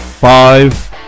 Five